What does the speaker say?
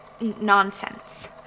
nonsense